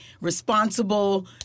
responsible